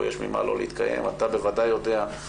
אתה בוודאי יודע, משה,